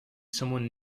someone